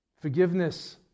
forgiveness